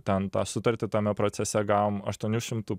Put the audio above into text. ten tą sutartį tame procese gavom aštuonių šimtų